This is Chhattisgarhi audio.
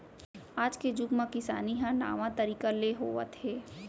आज के जुग म किसानी ह नावा तरीका ले होवत हे